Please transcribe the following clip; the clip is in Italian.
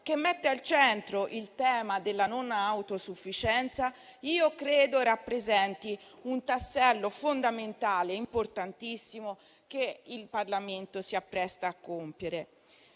che mette al centro il tema della non autosufficienza, credo rappresenti un passo fondamentale importantissimo che il Parlamento si appresta a compiere.